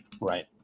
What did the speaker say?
Right